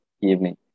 evening